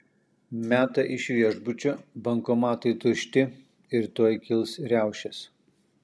meta iš viešbučio bankomatai tušti ir tuoj kils riaušės